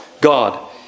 God